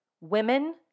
Women